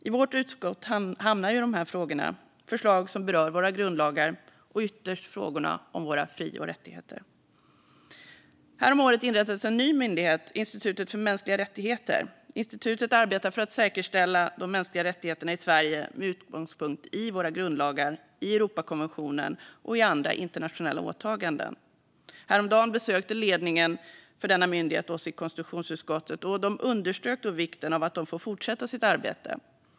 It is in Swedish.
I vårt utskott hamnar ju dessa frågor, förslag som berör våra grundlagar, och ytterst frågorna om våra fri och rättigheter. Häromåret inrättades en ny myndighet: Institutet för mänskliga rättigheter. Institutet arbetar för att säkerställa de mänskliga rättigheterna i Sverige med utgångspunkt i våra grundlagar, Europakonventionen och andra internationella åtaganden. Häromdagen besökte ledningen för denna myndighet oss i konstitutionsutskottet. De underströk då vikten av att de får fortsätta med sitt arbete.